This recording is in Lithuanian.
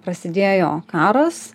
prasidėjo karas